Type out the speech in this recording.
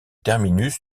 terminus